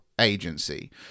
agency